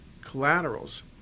collaterals